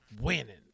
Winning